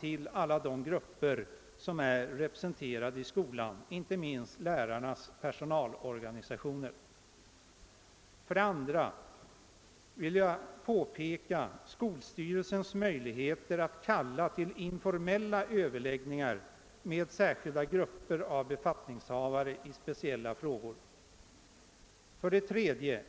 till alla de grupper som är representerade i skolan, inte minst lärarnas personalorganisationer. 2. Skolstyrelsens möjligheter att kalla till informella överläggningar med särskilda grupper av befattningshavare i speciella frågor bör observeras. 3.